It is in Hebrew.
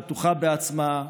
בטוחה בעצמה,